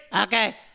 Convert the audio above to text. Okay